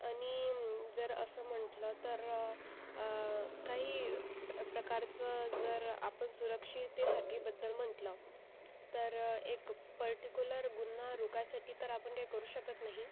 आणि जर असं म्हटलं तर काही प्र प्रकारचं जर आपण सुरक्षिततेसाठी बद्दल म्हटलं तर एक परटीकुलर गुन्हा रोकायसाठी तर आपण काही करू शकत नाही